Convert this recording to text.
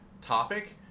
topic